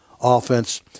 offense